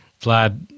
Vlad